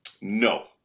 No